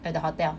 at the hotel